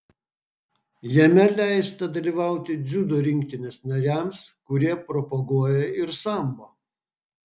jame leista dalyvauti dziudo rinktinės nariams kurie propaguoja ir sambo